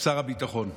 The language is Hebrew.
שר הביטחון.